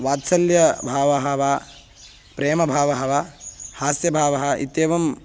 वात्सल्यभावः वा प्रेमभावः वा हास्यभावः इत्येवं